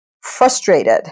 frustrated